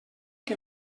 que